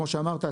כמו שאמרת,